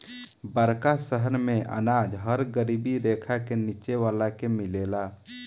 बड़का शहर मेंअनाज हर गरीबी रेखा के नीचे वाला के मिलेला